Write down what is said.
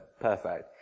perfect